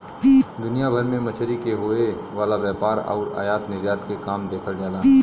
दुनिया भर में मछरी के होये वाला व्यापार आउर आयात निर्यात के काम देखल जाला